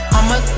I'ma